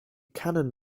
canon